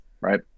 right